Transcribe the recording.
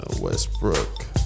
Westbrook